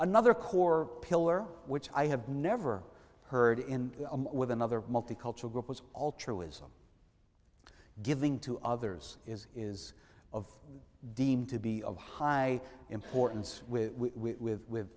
another core pillar which i have never heard in with another multicultural group was all truism giving to others is is of deemed to be of high importance with w